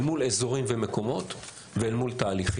אל מול אזורים ומקומות ואל מול תהליכים.